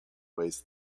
weighs